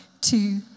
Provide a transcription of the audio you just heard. two